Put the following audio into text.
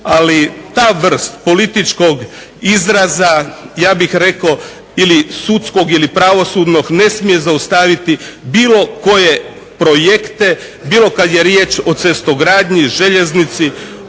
ali ta vrst političkog izraza ili sudskog ili pravosudnog ne smije zaustaviti bilo koje projekte bilo kad je riječ o cestogradnji, željeznici,